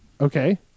Okay